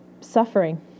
suffering